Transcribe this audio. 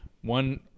one